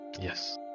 yes